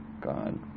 god